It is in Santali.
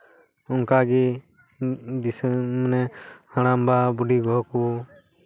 ᱚᱱᱠᱟ ᱜᱮ ᱫᱤᱥᱟᱹᱢ ᱢᱟᱱᱮ ᱦᱟᱲᱟᱢ ᱵᱟ ᱵᱩᱰᱷᱤ ᱜᱚ ᱠᱚ